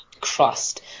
crust